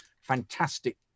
fantastic